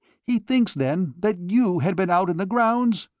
he thinks, then, that you had been out in the grounds?